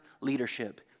leadership